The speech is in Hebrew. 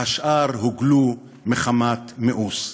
והשאר הוגלו מחמת מיאוס.